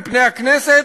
מפני הכנסת,